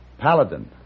Paladin